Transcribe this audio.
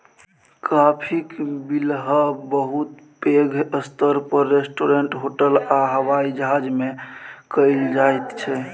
काफीक बिलहब बहुत पैघ स्तर पर रेस्टोरेंट, होटल आ हबाइ जहाज मे कएल जाइत छै